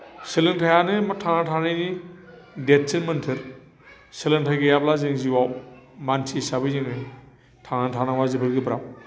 सोलोंथायआनो थांना थानायनि देरसिन मोन्थोर सोलोंथाय गैयाब्ला जों जिउआव मानसि हिसाबै जोङो थांनानै थानांगौआ जोबोद गोब्राब